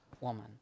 woman